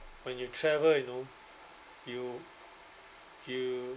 when you travel you know you you